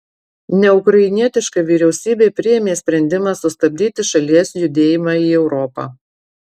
neukrainietiška vyriausybė priėmė sprendimą sustabdyti šalies judėjimą į europą